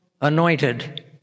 anointed